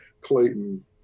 Clayton